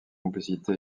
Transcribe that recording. complicité